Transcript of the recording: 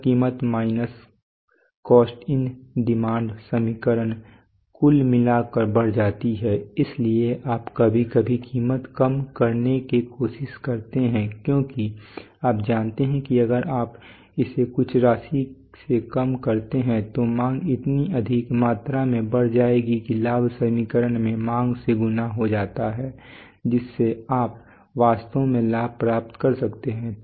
यह कीमत minus cost in demand समीकरण कुल मिलाकर बढ़ जाती है इसीलिए आप कभी कभी कीमत कम करने की कोशिश करते हैं क्योंकि आप जानते हैं कि अगर आप इसे कुछ राशि से कम करते हैं तो मांग इतनी अधिक मात्रा में बढ़ जाएगी कि लाभ समीकरण में मांग से गुणा हो जाता है जिससे आप वास्तव में लाभ प्राप्त कर सकते हैं